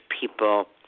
people